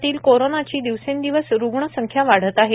राज्यातील कोरोनाची दिवसेंदिवस रुग्णसंख्या वाढत आहे